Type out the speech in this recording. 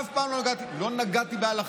אף פעם לא נגעתי בהלכה,